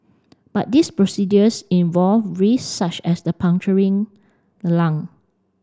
but these procedures involve risks such as the puncturing lung